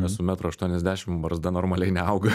esu metro aštuoniasdešimt barzda normaliai neauga